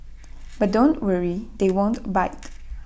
but don't worry they won't bite